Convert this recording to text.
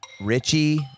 Richie